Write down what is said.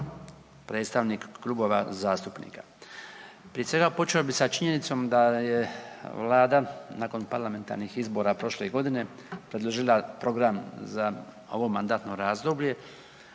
predstavnik klubova zastupnika. Prije svega, počeo bih sa činjenicom da je Vlada nakon parlamentarnih izbora prošle godine predložila program za ovo mandatno razdoblje